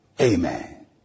amen